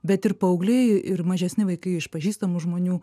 bet ir paaugliai ir mažesni vaikai iš pažįstamų žmonių